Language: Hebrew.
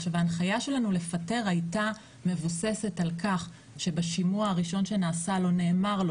ההנחיה שלנו לפטר הייתה מבוססת על-כך שבשימוע הראשון שנעשה לו נאמר לו